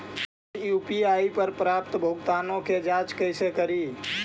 हम यु.पी.आई पर प्राप्त भुगतानों के जांच कैसे करी?